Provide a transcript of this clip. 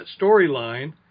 storyline